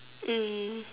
mm